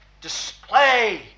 display